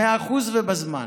100% ובזמן.